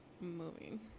moving